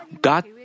God